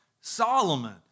Solomon